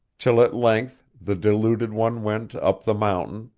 till at length the deluded one went up the mountain,